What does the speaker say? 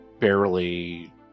barely